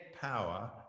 power